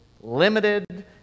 limited